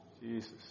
Jesus